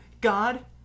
God